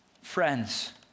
Friends